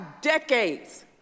decades